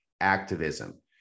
activism